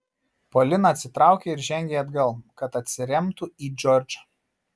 polina atsitraukė ir žengė atgal kad atsiremtų į džordžą